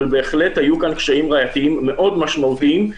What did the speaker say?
אבל בהחלט היו כאן קשיים ראייתיים מאוד משמעותיים,